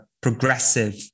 progressive